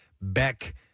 Beck